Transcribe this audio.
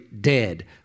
dead